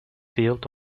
field